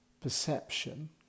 perception